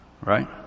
right